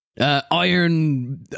Iron